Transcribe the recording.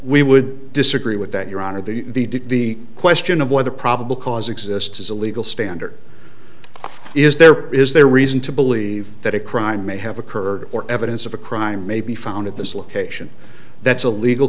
we would disagree with that your honor the question of whether probable cause exists as a legal standard is there is there reason to believe that a crime may have occurred or evidence of a crime may be found at this location that's a legal